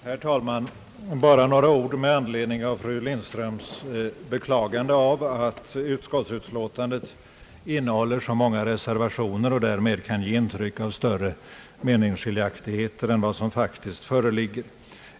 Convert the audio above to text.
Herr talman! Jag vill bara anföra några ord med anledning av fru Lindströms beklagande av att utskottsutlåtandet innehåller så många reservationer och därmed kan ge ett intryck av större meningsskiljaktigheter än vad som faktiskt föreligger.